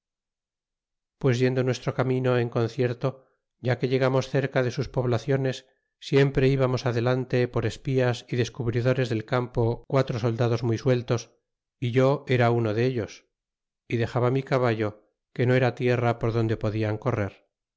pues yendo nuestro camino en concierto ya que llegamos cerca de sus poblaciones siempre íbamos adelante por espías y descubridores del campo quatro soldados muy sueltos a yo era uno dellos dexaba mi caballo que no era tierra por donde podian correr